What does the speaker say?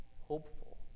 hopeful